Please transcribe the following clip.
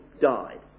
died